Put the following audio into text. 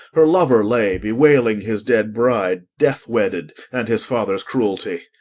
her lover lay bewailing his dead bride death-wedded, and his father's cruelty.